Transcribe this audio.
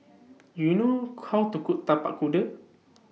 Do YOU know How to Cook Tapak Kuda